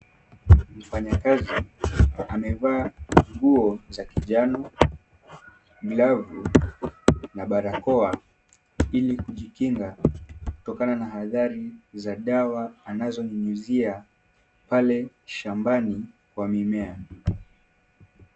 Mfanyakazi amevaa nguo za kijano, glavu na barakoa ili kujikinga kutokana na adhari za dawa anazonyunyizia pale shambani kwa mimea.